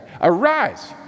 Arise